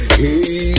hey